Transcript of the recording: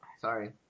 sorry